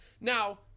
Now